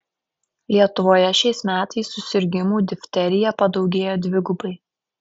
lietuvoje šiais metais susirgimų difterija padaugėjo dvigubai